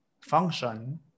function